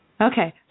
Okay